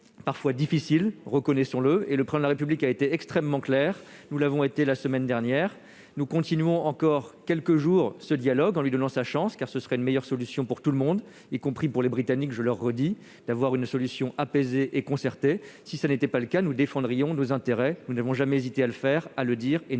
parfois difficile. Le Président de la République a été extrêmement clair, nous l'avons été la semaine dernière : nous continuons ce dialogue encore quelques jours, en lui donnant sa chance, car ce serait une meilleure issue pour tout le monde, y compris pour les Britanniques, que de parvenir à une solution apaisée et concertée. Si tel n'était pas le cas, nous défendrions nos intérêts. Nous n'avons jamais hésité à le faire et à le dire et nous mettrons